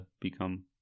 become